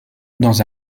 dans